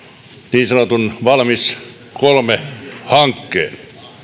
niin sanotun valmis kolmeen hankkeen